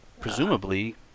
presumably